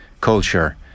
culture